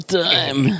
time